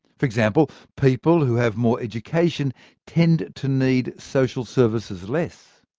for example, people who have more education tend to need social services less.